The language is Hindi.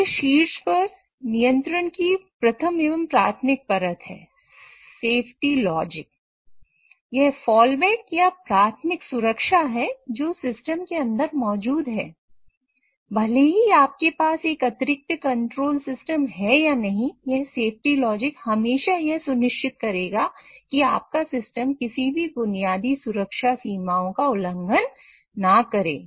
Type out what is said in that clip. उसके शीर्ष पर नियंत्रण की प्रथम एवं प्राथमिक परत है सेफ्टी लॉजिक हमेशा यह सुनिश्चित करेगा कि आपका सिस्टम किसी भी बुनियादी सुरक्षा सीमाओं का उल्लंघन ना करें